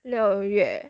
六月